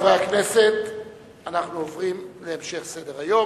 אנחנו עוברים להמשך סדר-היום.